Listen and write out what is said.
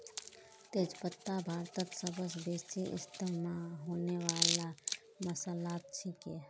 तेज पत्ता भारतत सबस बेसी इस्तमा होने वाला मसालात छिके